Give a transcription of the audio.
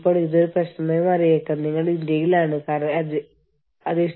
അപ്പോൾ അവർ പറയുന്നു ശരി നിങ്ങൾക്ക് ഈ രാജ്യത്ത് ഈ മാസങ്ങളോ വർഷങ്ങളോ മറ്റൊ ജോലി ചെയ്യാം